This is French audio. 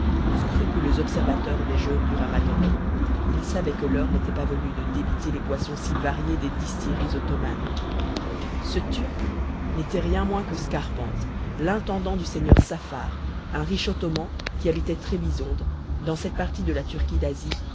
scrupuleux observateur des jeûnes du ramadan il savait que l'heure n'était pas venue de débiter les boissons si variées des distilleries ottomanes ce turc n'était rien moins que scarpante l'intendant du seigneur saffar un riche ottoman qui habitait trébizonde dans cette partie de la turquie d'asie